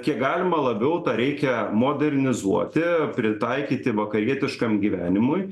kiek galima labiau tą reikia modernizuoti pritaikyti vakarietiškam gyvenimui